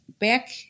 Back